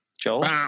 Joel